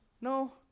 No